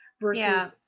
versus